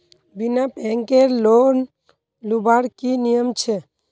बिना बैंकेर लोन लुबार की नियम छे?